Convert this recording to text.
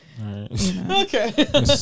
Okay